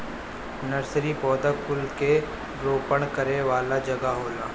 nursery पौधा कुल के रोपण करे वाला जगह होला